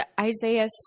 Isaiah